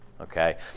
Okay